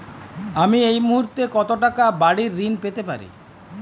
আমি এই মুহূর্তে কত টাকা বাড়ীর ঋণ পেতে পারি?